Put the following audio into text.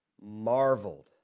marveled